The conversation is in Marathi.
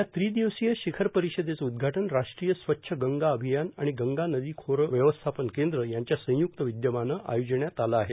या त्रि दिवसीय शिखर परिषदेचं आयोजन राष्ट्रीय स्वच्छ गंगा अभियान आणि गंगा नदी खोरे व्यवस्थापन केंद्र यांच्या संय्क्त विद्यमानं आयोजिण्यात आलं आहे